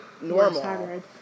normal